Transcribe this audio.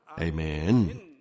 Amen